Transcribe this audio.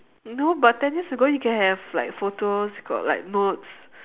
no but ten years ago you can have like photos got like notes